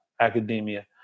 academia